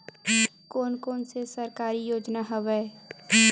कोन कोन से सरकारी योजना हवय?